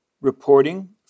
reporting